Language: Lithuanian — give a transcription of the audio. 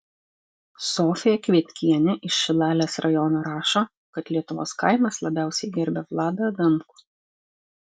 sofija kvietkienė iš šilalės rajono rašo kad lietuvos kaimas labiausiai gerbia vladą adamkų